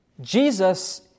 Jesus